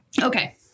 Okay